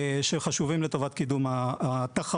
שהם חשובים לטובת קידום התחרות,